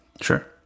Sure